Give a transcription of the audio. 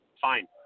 fine